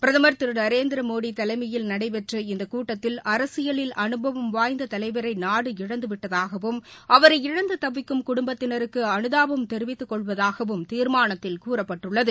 பிரதமா் திரு நரேந்திரமோடி தலைமையில் நடைபெற்ற இந்த கூட்டத்தில் அரசியலில் அனுபவம் வாய்ந்த தலைவரை நாடு இழந்துவிட்டதாகவும் அவரை இழந்து தவிக்கும் குடும்பத்தினருக்கு அனுதாபம் தெரிவித்துக் கொள்வதாகவும் தீர்மானத்தில் கூறப்பட்டுள்ளது